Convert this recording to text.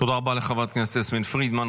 תודה רבה לחברת הכנסת יסמין פרידמן.